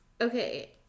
Okay